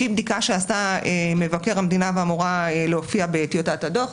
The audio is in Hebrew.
לפי בדיקה שעשה מבקר המדינה ואמורה להופיע בטיוטת הדוח,